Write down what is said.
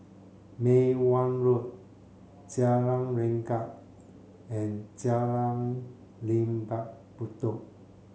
Mei Hwan Road Jalan Renga and Jalan Lembah Bedok